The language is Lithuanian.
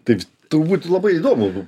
taip turbūt labai įdomu